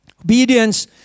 Obedience